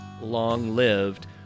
long-lived